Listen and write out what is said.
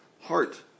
heart